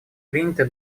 приняты